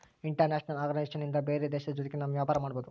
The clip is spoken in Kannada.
ಇಂಟರ್ನ್ಯಾಷನಲ್ ಆರ್ಗನೈಸೇಷನ್ ಇಂದ ಬೇರೆ ದೇಶದ ಜೊತೆಗೆ ನಮ್ ವ್ಯಾಪಾರ ಮಾಡ್ಬೋದು